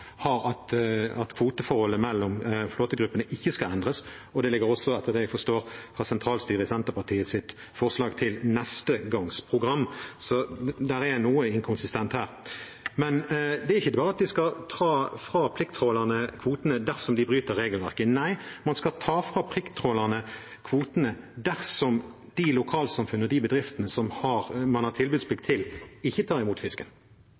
har at kvoteforholdet mellom flåtegruppene ikke skal endres. Det ligger også, etter det jeg forstår, i sentralstyret i Senterpartiets forslag til neste periodes program. Det er noe inkonsistent her. Det er ikke bare at de skal ta fra plikttrålerne kvotene dersom de bryter regelverket. Nei, man skal ta fra plikttrålerne kvotene dersom de lokalsamfunnene og bedriftene som man har tilbudsplikt til, ikke tar imot fisken